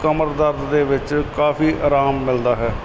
ਕਮਰ ਦਰਦ ਦੇ ਵਿੱਚ ਕਾਫੀ ਆਰਾਮ ਮਿਲਦਾ ਹੈ